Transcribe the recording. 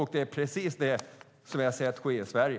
Det är precis det som vi har sett ske i Sverige.